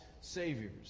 saviors